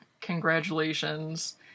Congratulations